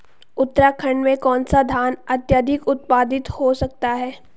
उत्तराखंड में कौन सा धान अत्याधिक उत्पादित हो सकता है?